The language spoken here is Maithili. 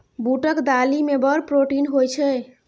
बूटक दालि मे बड़ प्रोटीन होए छै